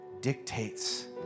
dictates